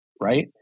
right